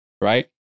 Right